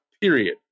period